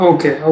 Okay